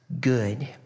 good